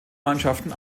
mannschaften